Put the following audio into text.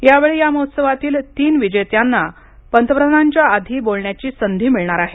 यावेळी या महोत्सवातील तीन विजेत्यांना पंतप्रधानांच्या आधी बोलण्याची संधी मिळणार आहे